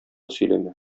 сөйләмә